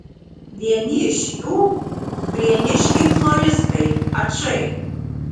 vieni iš jų prieniškiai floristai ačai